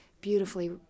beautifully